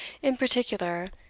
in particular,